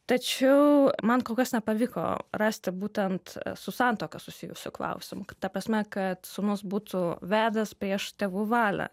tačiau man kol kas nepavyko rasti būtent su santuoka susijusių klausimų kad ta prasme kad sūnus būtų vedęs prieš tėvų valią